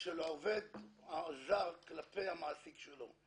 של העובד הזר כלפי המעסיק שלו.